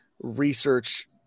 research